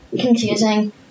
confusing